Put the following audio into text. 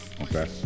Okay